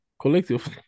collective